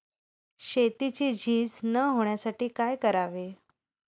शेतीची झीज न होण्यासाठी काय करावे?